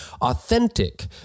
authentic